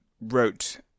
wrote